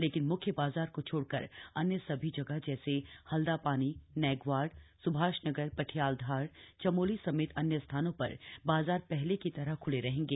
लेकिन मुख्य बाजार को छोडकर अन्य सभी जगह जैसे हल्दा ानी नैग्वाड सुभाषनगर ठियालधार चमोली समेत अन्य स्थानों र बाजार हले की तरह खुले रहेंगे